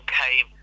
came